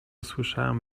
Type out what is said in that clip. słyszałem